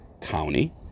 county